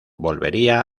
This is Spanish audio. volvería